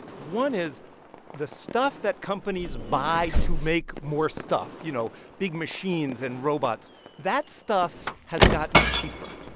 one is the stuff that companies buy to make more stuff you know, big machines and robots that stuff has gotten cheaper,